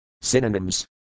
Synonyms